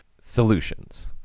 solutions